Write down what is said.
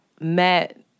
met